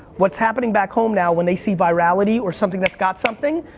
what's happening back home now when they see virality or something that's got something,